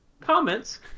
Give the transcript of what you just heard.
comments